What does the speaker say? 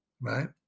right